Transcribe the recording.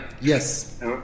Yes